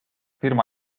firma